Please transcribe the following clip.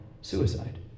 suicide